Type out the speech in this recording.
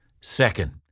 Second